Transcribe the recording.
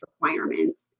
requirements